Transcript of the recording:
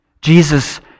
Jesus